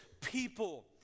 people